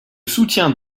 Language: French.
soutiens